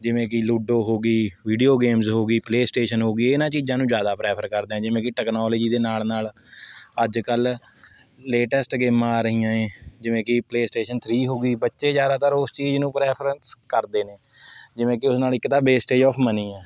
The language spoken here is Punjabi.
ਜਿਵੇਂ ਕਿ ਲੂਡੋ ਹੋ ਗਈ ਵੀਡਿਓ ਗੇਮਜ਼ ਹੋ ਗਈ ਪਲੇਅ ਸਟੇਸ਼ਨ ਹੋ ਗਈ ਇਹਨਾਂ ਚੀਜ਼ਾਂ ਨੂੰ ਜ਼ਿਆਦਾ ਪ੍ਰੈਫ਼ਰ ਕਰਦੇ ਹੈ ਜਿਵੇਂ ਕਿ ਟੈਕਨੋਲਜੀ ਦੇ ਨਾਲ਼ ਨਾਲ਼ ਅੱਜ ਕੱਲ੍ਹ ਲੇਟੈਸਟ ਗੇਮਾਂ ਆ ਰਹੀਆਂ ਏ ਜਿਵੇਂ ਕਿ ਪਲੇਅ ਸਟੇਸ਼ਨ ਥਰੀ ਹੋ ਗਈ ਬੱਚੇ ਜ਼ਿਆਦਾਤਰ ਉਸ ਚੀਜ਼ ਨੂੰ ਪ੍ਰੈਫਰੈਂਸ ਕਰਦੇ ਨੇ ਜਿਵੇਂ ਕਿ ਉਸ ਨਾਲ਼ ਇੱਕ ਤਾਂ ਵੇਸਟੇਜ ਆਫ ਮਨੀ ਹੈ